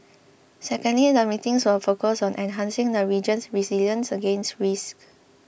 secondly the meetings will focus on enhancing the region's resilience against risks